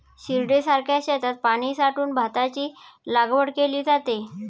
शिर्डीसारख्या शेतात पाणी साठवून भाताची लागवड केली जाते